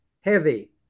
heavy